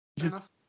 enough